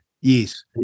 Yes